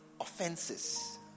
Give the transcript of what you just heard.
offenses